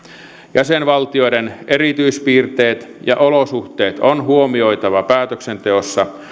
jäsenvaltioiden erityispiirteet ja olosuhteet on huomioitava päätöksenteossa